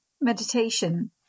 meditation